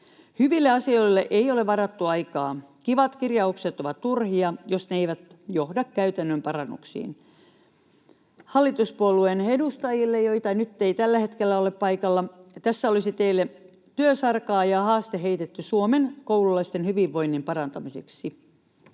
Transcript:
Hyville asioille ei ole varattu aikaa. Kivat kirjaukset ovat turhia, jos ne eivät johda käytännön parannuksiin. Hallituspuolueiden edustajille, joita nyt ei tällä hetkellä ole paikalla: tässä olisi teille työsarkaa ja haaste heitetty Suomen koululaisten hyvinvoinnin parantamiseksi.